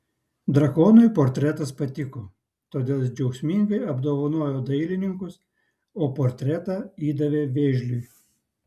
drakonui portretas patiko todėl jis džiaugsmingai apdovanojo dailininkus o portretą įdavė vėžliui